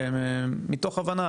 מתוך הבנה,